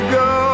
go